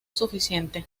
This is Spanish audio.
suficiente